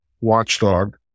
watchdog